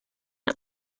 and